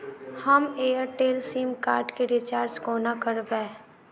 हम Airtel SIM card केँ recharge कोना करबै?